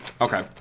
Okay